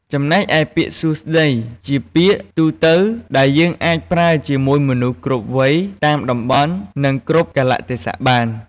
ចំណែកឯពាក្យ សួស្ដី ជាពាក្យទូទៅដែលយើងអាចប្រើជាមួយមនុស្សគ្រប់វ័យតាមតំបន់ និងគ្រប់កាលៈទេសៈបាន។